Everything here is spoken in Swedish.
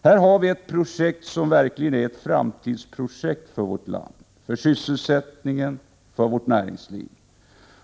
Här har vi ett projekt som verkligen är ett framtidsprojekt för vårt land, för sysselsättningen och för vårt näringsliv.